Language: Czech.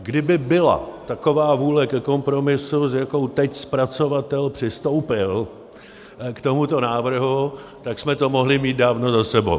Kdyby byla taková vůle ke kompromisu, s jakou teď zpracovatel přistoupil k tomuto návrhu, tak jsme to mohli mít dávno za sebou.